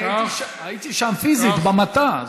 אני הייתי שם פיזית במטע,